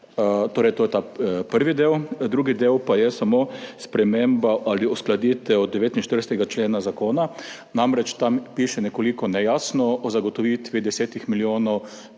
Torej, to je ta prvi del. Drugi del pa je samo sprememba ali uskladitev 49. člena zakona, tam namreč nekoliko nejasno piše o zagotovitvi 10 milijonov